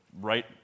right